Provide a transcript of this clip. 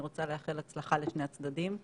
אני רוצה לאחל הצלחה לשני הצדדים,